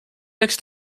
lecz